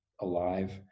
alive